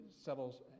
settles